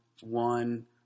one